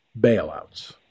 bailouts